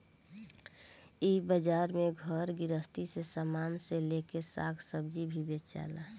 इ बाजार में घर गृहस्थी के सामान से लेके साग आ सब्जी भी बेचाला